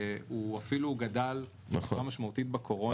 אפילו גדל בצורה משמעותית בקורונה.